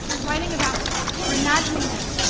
or writing about them, or imagining them,